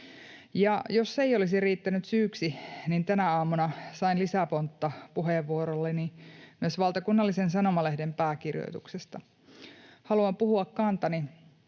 se ei olisi riittänyt syyksi, niin tänä aamuna sain lisäpontta puheenvuorolleni myös valtakunnallisen sanomalehden pääkirjoituksesta. Haluan puhua kantani